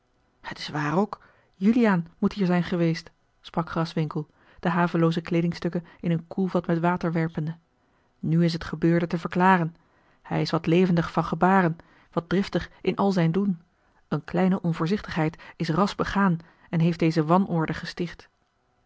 het is waar ook juliaan moet hier zijn geweest sprak graswinckel de havelooze kleedingstukken in een koelvat met water werpende nu is het gebeurde te verklaren hij is wat levendig van gebaren wat driftig in al zijn doen eene kleine onvoorzichtigheid is ras begaan en heeft deze wanorde gesticht